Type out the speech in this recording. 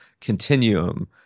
continuum